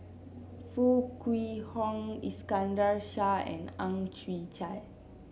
Foo Kwee Horng Iskandar Shah and Ang Chwee Chai